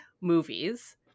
movies